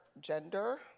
gender